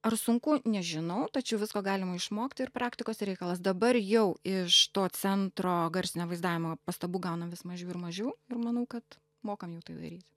ar sunku nežinau tačiau visko galima išmokti ir praktikos reikalas dabar jau iš to centro garsinio vaizdavimo pastabų gaunam vis mažiau ir mažiau ir manau kad mokam jau tai daryt